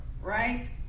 right